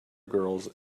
girls